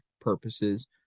purposes